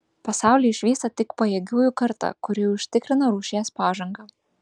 pasaulį išvysta tik pajėgiųjų karta kuri užtikrina rūšies pažangą